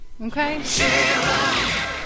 okay